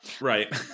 Right